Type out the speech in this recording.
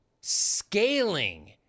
Scaling